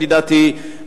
ידידתי,